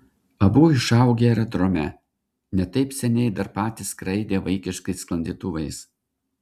abu išaugę aerodrome ne taip seniai dar patys skraidę vaikiškais sklandytuvais